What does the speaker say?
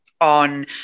on